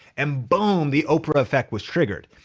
and boom, the oprah effect was triggered.